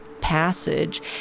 passage